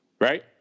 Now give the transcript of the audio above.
Right